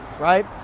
right